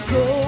go